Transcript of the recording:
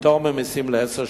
ופטור ממסים לעשר שנים.